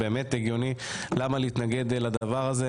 למה להתנגד לדבר הזה,